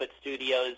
Studios